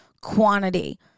quantity